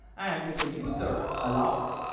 and if the user allows,